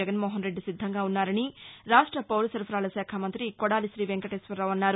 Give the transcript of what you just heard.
జగన్మోహన్రెడ్డి సిద్గంగా ఉన్నారని రాష్ట పౌరసరసఫరాల శాఖ మంత్రి కొడాలి గ్రీవెంకటేశ్వరరావు అన్నారు